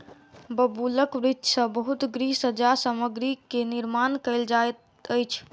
बबूलक वृक्ष सॅ बहुत गृह सज्जा सामग्री के निर्माण कयल जाइत अछि